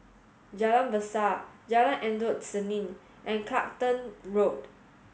Jalan Besar Jalan Endut Senin and Clacton Road